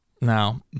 now